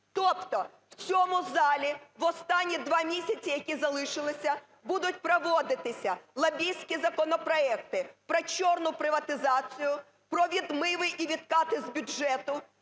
Тобто в цьому залі в останні два місяці, які залишилися, будуть проводитися лобістські законопроекти про "чорну" приватизацію, про "відмиви" і "відкати" з бюджету.